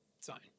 sign